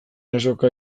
azoka